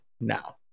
now